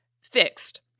fixed